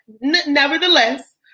nevertheless